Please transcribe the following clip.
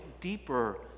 deeper